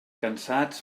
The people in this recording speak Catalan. cansats